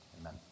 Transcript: Amen